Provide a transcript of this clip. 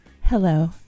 Hello